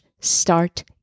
start